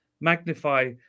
magnify